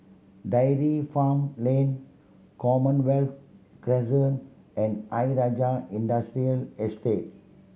Dairy Farm Lane Commonwealth Crescent and Ayer Rajah Industrial Estate